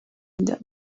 them